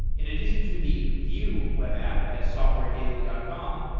in addition to the vue web app at softwaredaily dot com,